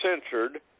censored